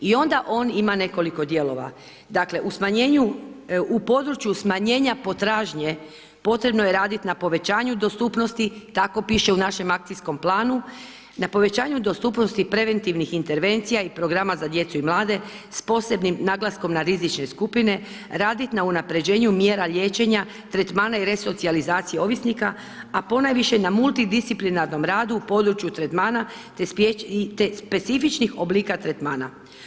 I onda on ima nekoliko dijelova, dakle, u smanjenju u području smanjenja potražnje, potrebno je raditi na povećanju dostupnosti, tako piše u našem akcijskom planu, na povećanje dostupnosti preventivnih intervencija i programa za djecu i mlade s posebnim naglaskom na rizične skupine, raditi na unaprijeđenu mjera liječenja, tretmana i resocijalizaciji ovisnika, a ponajviše na multidisciplinarnom radu u području tretmana, te specifičnih oblika tretmana.